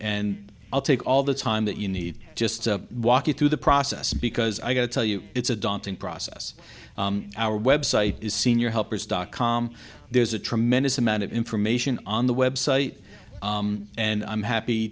and i'll take all the time that you need just walk you through the process because i got to tell you it's a daunting process our website is senior helpers dot com there's a tremendous amount of information on the website and i'm happy